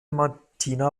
martina